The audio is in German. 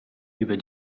über